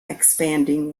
expanding